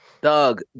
Doug